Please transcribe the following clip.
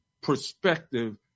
perspective